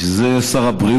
בשביל זה יש את שר הבריאות.